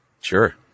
Sure